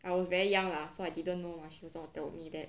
I was very young lah so I didn't know mah she was the one who told me that